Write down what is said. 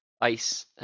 ice –